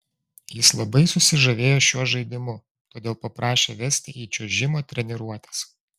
jis labai susižavėjo šiuo žaidimu todėl paprašė vesti į čiuožimo treniruotes